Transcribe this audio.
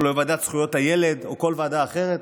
או לוועדת זכויות הילד או כל ועדה אחרת?